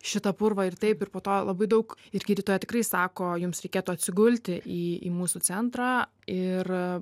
šitą purvą ir taip ir po to labai daug ir gydytoja tikrai sako jums reikėtų atsigulti į į mūsų centrą ir